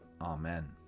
Amen